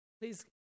Please